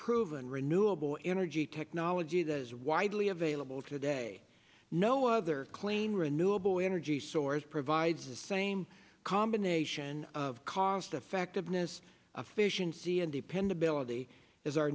proven renewable energy technology that is widely available today no other clean renewable energy source provides the same combination of cost effectiveness of fission c and dependability as our